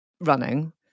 running